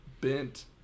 bent